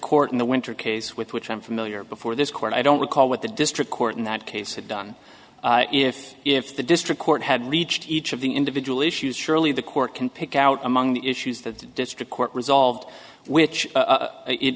court in the winter case with which i'm familiar before this court i don't recall what the district court in that case had done if if the district court had reached each of the individual issues surely the court can pick out among the issues that the district court resolved which